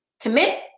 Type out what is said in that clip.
commit